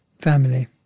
family